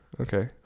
Okay